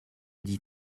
dis